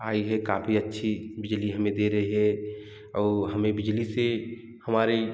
आई है काफ़ी अच्छी बिजली हमे दे रही है और हमें बिजली से हमारे